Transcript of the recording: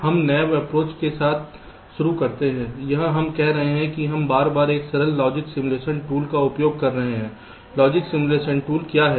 हम naive approach के साथ शुरू करते हैं यहाँ हम कह रहे हैं कि हम बार बार एक सरल लॉजिक सिमुलेशन टूल का उपयोग कर रहे हैं लॉजिक सिमुलेशन टूल क्या है